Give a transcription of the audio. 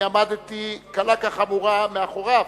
אני עמדתי קלה כחמורה מאחוריו